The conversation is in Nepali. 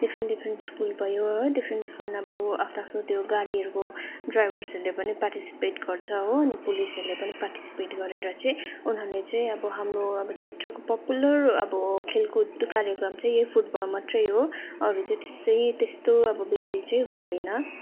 डिफ्रेन्ट डिफ्रेन्ट स्कुल भयो है डिफ्रेन्ट डिफ्रेन्ट अब आफ्नो आफ्नो त्यो गाडीहरूको ड्राइभर्सहरूले पनि पार्टिसिपेट गर्छ हो अनि पुलिसहरूले पनि पार्टिसिपेट गरेर चाहिँ उनीहरूले चाहिँ अब हाम्रो अब क्षेत्रको पपुलर अब खेलकुद कार्यक्रम चाहिँ यही फुटबल मात्रै हो अरू चाहिँ त्यसै त्यस्तो अब बेसी चाहिँ हुँदैन